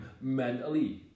mentally